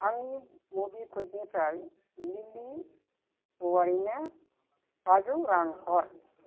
आंनि मबिक्वुइकनिफ्राय लिलि औवारिनो बाजौ रां हर